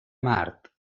mart